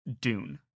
Dune